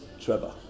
Trevor